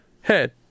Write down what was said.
head